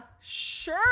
sure